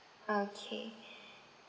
okay